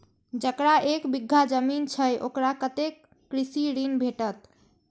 जकरा एक बिघा जमीन छै औकरा कतेक कृषि ऋण भेटत?